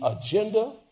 agenda